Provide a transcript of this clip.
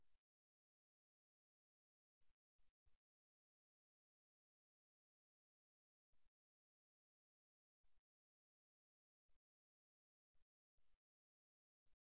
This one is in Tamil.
புறா கால்விரல்கள் உடலை சிறியதாக தோற்றமளிக்கும் இது குறைந்த அச்சுறுத்தலான சுயவிவரத்தில் கட்டாயப்படுத்துகிறது